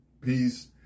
Peace